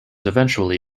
eventually